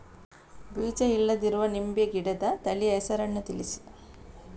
ಬೀಜ ಇಲ್ಲದಿರುವ ನಿಂಬೆ ಗಿಡದ ತಳಿಯ ಹೆಸರನ್ನು ತಿಳಿಸಿ?